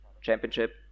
championship